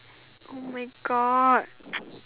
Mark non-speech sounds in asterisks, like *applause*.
oh my God *noise*